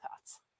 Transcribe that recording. thoughts